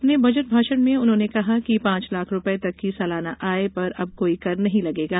अपने बजट भाषण में उन्होंने कहा कि पांच लाख रूपये तक की सालाना आय पर अब कोई कर नहीं लगेगा